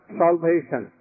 salvation